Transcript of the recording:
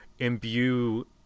imbue